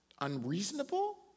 unreasonable